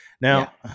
Now